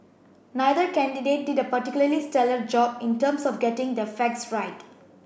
neither candidate did a particularly stellar job in terms of getting their facts right